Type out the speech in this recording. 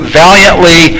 valiantly